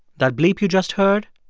that bleep you just heard,